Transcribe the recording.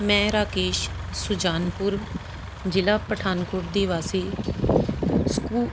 ਮੈਂ ਰਾਕੇਸ਼ ਸੁਜਾਨਪੁਰ ਜ਼ਿਲ੍ਹਾ ਪਠਾਨਕੋਟ ਦੀ ਵਾਸੀ ਸਕੂ